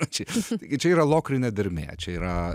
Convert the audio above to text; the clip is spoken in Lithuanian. ačia yra lokrinė dermė čia yra